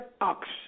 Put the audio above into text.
ox